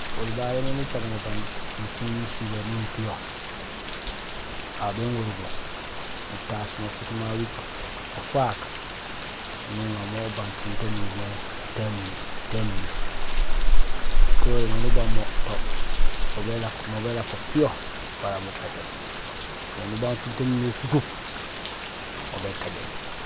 Oli babé éni ucaméén bébang muting musileey miin mupiyo aw béŋorul mo nutaas mo séét ma wiic ufaak nuŋa mo ubang tiin taan umimé taniniif. Tikoré néni ubang mo to mo bélako îyo bala mukajéén éni ubang tiin taan umimé sususup mo békajéén.